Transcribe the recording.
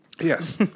Yes